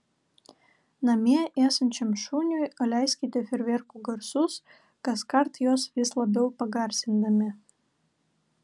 namie esančiam šuniui leiskite fejerverkų garsus kaskart juos vis labiau pagarsindami